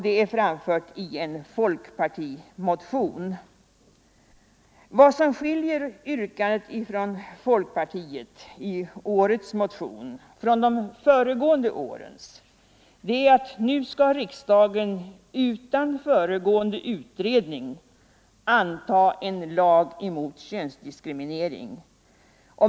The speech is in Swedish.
Detta framförs i en folkpartimotion. Vad som skiljer yrkandet i motionen från yrkandet i folkpartiets motion föregående år är att nu skall riksdagen utan föregående utredning anta en lag mot könsdiskriminering.